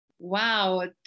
Wow